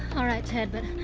alright ted, but,